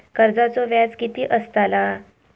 कर्जाचो व्याज कीती असताला?